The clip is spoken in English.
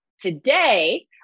Today